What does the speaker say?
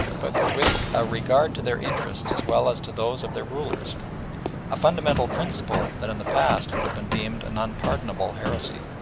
but with a regard to their interests as well as to those of their rulers a fundamental principle that in the past would have been deemed an unpardonable heresy.